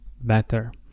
better